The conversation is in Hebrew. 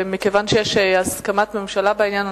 אך מכיוון שיש הסכמת ממשלה בעניין,